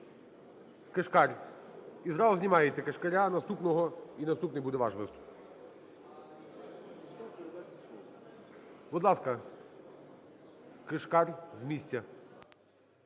Кишкар. І зразу знімаєте Кишкаря, наступного… І наступний буде ваш виступ. Будь ласка, Кишкар, з місця.